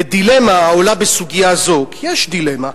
"בדילמה העולה בסוגיה זו" כי יש דילמה,